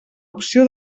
opció